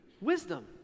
wisdom